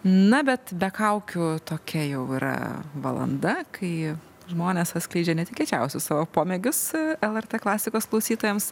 na bet be kaukių tokia jau yra valanda kai žmonės atskleidžia netikėčiausius savo pomėgius lrt klasikos klausytojams